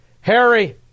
Harry